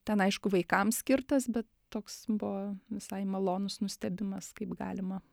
ten aišku vaikams skirtas bet toks buvo visai malonus nustebimas kaip galima